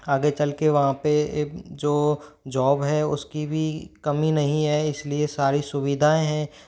आगे चलके वहाँ पे जो जॉब है उसकी भी कमी नहीं है इसलिए सारी सुविधाएँ हैं